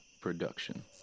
production